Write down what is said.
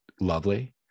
lovely